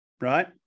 right